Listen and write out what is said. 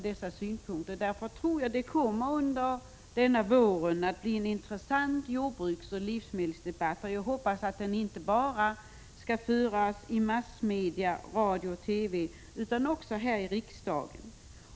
Jag tror därför att det denna vår kommer att bli en intressant jordbruksoch livsmedelsdebatt, och jag hoppas att den inte bara skall föras i massmedier, radio och TV utan också här i riksdagen.